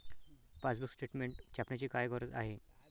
Passbook statement छापण्याची काय गरज आहे?